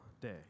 day